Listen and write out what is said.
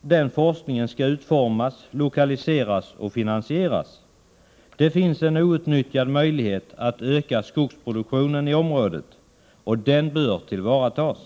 den forskningen skall utformas, lokaliseras och finansieras. Det finns en outnyttjad möjlighet att öka skogsproduktionen i området och den bör tillvaratas.